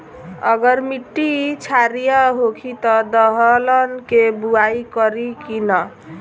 अगर मिट्टी क्षारीय होखे त दलहन के बुआई करी की न?